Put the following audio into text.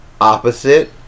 opposite